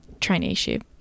traineeship